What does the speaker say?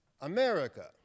America